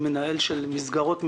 מנהל של מסגרות משלבות.